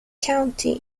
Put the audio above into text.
county